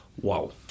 Wow